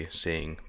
seeing